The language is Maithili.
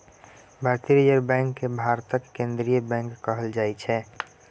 भारतीय रिजर्ब बैंक केँ भारतक केंद्रीय बैंक कहल जाइ छै